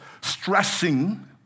stressing